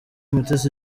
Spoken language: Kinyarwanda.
mutesi